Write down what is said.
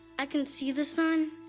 i can see the sun,